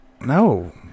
No